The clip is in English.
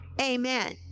Amen